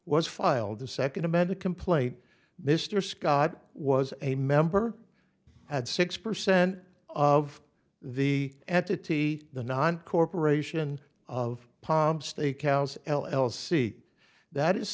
was filed the second amended complaint mr scott was a member at six percent of the entity the non corporation of palm steakhouse l l c that is